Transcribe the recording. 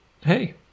hey